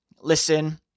listen